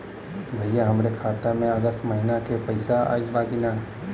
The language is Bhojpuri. भईया हमरे खाता में अगस्त महीना क पैसा आईल बा की ना?